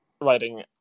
writing